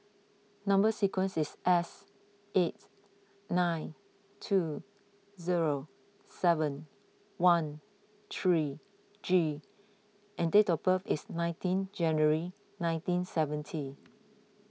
Number Sequence is S eight nine two zero seven one three G and date of birth is nineteen January nineteen seventy